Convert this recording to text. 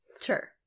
Sure